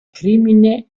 crimine